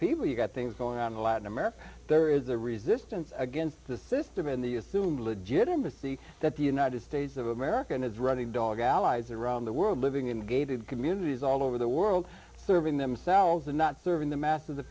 people you've got things going on in latin america there is a resistance against the system in the assumed legitimacy that the united states of america is running dog allies around the world living in gated communities all over the world serving themselves and not serving the mass of